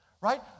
right